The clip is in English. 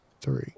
three